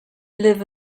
live